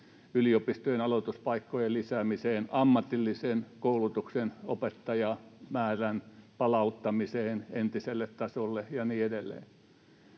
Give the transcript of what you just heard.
yliopistojen aloituspaikkojen lisäämiseen, ammatillisen koulutuksen opettajamäärän palauttamiseen entiselle tasolle ja niin edelleen.